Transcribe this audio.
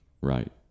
right